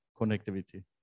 connectivity